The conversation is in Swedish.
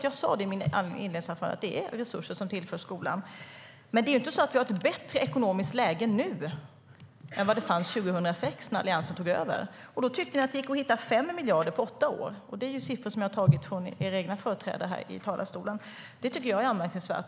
Jag sa i mitt inledningsanförande att det är resurser som tillförs skolan. Men det är inte så att vi har ett bättre ekonomiskt läge nu än 2006 när Alliansen tog över. Då tyckte jag att det gick att hitta 5 miljarder på åtta år. Det är siffror som jag har tagit från era egna företrädare i talarstolen. Det är anmärkningsvärt.